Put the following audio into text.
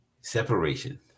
Separation